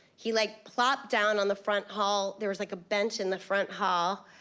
he, like, plopped down on the front hall there was, like, a bench in the front hall.